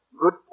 Good